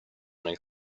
nel